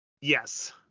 Yes